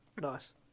nice